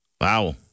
Wow